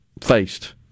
faced